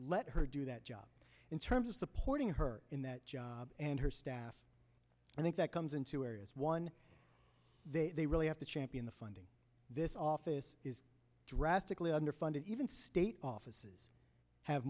let her do that job in terms of supporting her in that job and her staff i think that comes in two areas one they really have to champion the funding this office is drastically under funded even state offices have